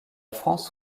france